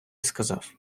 сказав